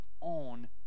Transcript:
on